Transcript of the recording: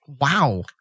Wow